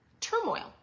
turmoil